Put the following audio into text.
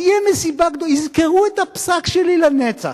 תהיה מסיבה, יזכרו את הפסק שלי לנצח.